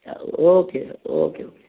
okay okay okay